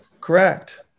correct